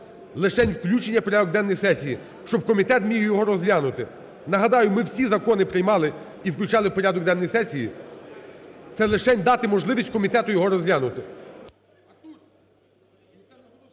лишень включення в порядок денний сесії, щоб комітет міг його розглянути. Нагадаю, ми всі закони приймали і включали в порядок денний сесії, це лишень дати можливість комітету його розглянути.